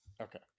Okay